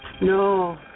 No